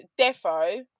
defo